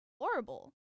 horrible